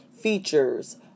features